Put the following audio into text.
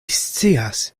scias